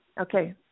Okay